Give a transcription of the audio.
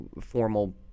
formal